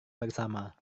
bersama